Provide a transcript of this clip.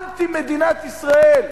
אנטי מדינת ישראל.